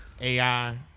AI